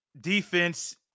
defense